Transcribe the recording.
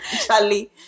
Charlie